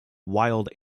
wild